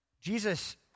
Jesus